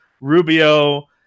Rubio